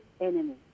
enemy